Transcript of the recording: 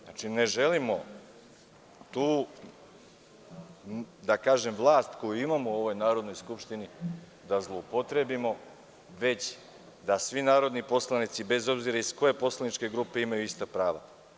Znači, ne želimo da tu vlast koju imamo u Narodnoj skupštini zloupotrebimo, već da svi narodni poslanici, bez obzira iz koje poslaničke grupe dolaze, imaju ista prava.